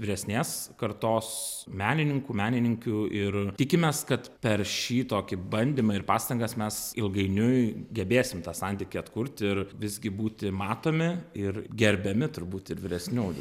vyresnės kartos menininkų menininkių ir tikimės kad per šį tokį bandymą ir pastangas mes ilgainiui gebėsim tą santykį atkurt ir visgi būti matomi ir gerbiami turbūt ir vyresniųjų